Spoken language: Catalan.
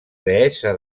deessa